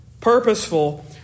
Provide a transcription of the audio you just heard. Purposeful